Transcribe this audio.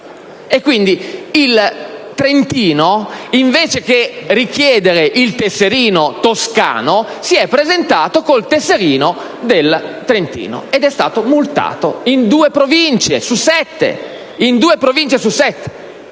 cacciatore trentino, invece di richiedere il tesserino toscano, si è presentato con il tesserino del Trentino ed è stato multato in due province su sette.